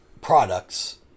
products